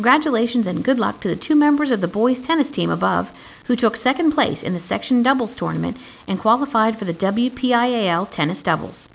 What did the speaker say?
graduations and good luck to the two members of the boys tennis team above who took second place in the section doubles tournament and qualified for the w p i l tennis doubles